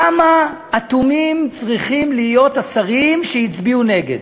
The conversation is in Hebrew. כמה אטומים צריכים להיות השרים שהצביעו נגד?